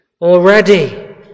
Already